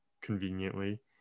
conveniently